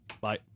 Bye